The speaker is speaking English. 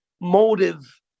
motive